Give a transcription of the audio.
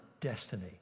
destiny